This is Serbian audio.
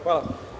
Hvala.